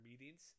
meetings